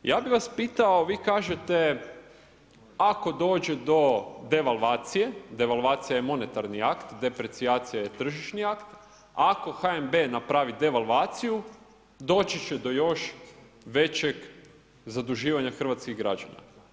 Ja bi vas pitao, vi kažete, ako dođe do devalvacije, devalvacija je monetarni akt, deprecijacija je tržišni akt, ako HNB napravi devalvaciju, doći do još većeg zaduživanja hrvatskih građana.